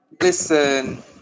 listen